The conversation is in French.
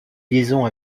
liaisons